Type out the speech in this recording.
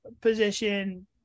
position